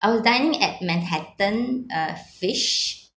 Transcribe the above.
I was dining at manhattan uh fish